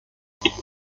diesen